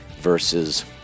versus